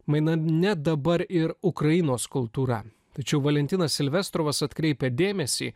mainai ne dabar ir ukrainos kultūra tačiau valentinas silvestros atkreipia dėmesį